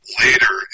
later